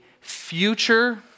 future